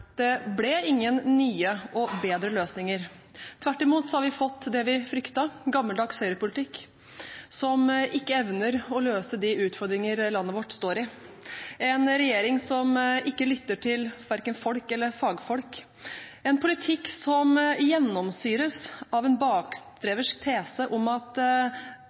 Det ble ingen nye og bedre løsninger. Tvert imot har vi fått det vi fryktet: gammeldags høyrepolitikk, som ikke evner å løse de utfordringer landet vårt står i, en regjering som verken lytter til folk eller fagfolk, en politikk som gjennomsyres av en bakstreversk tese om at